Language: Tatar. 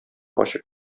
ачык